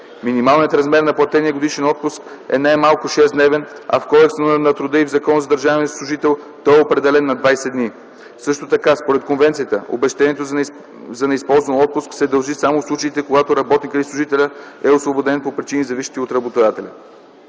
Минималният размер на платения годишен отпуск е най-малко 6-дневен, а в Кодекса на труда и в Закона за държавния служител той е определен на 20 дни. Също така според Конвенцията обезщетението за неизползван отпуск се дължи само в случаите, когато работника или служителя е освободен по причини, зависещи от работодателя.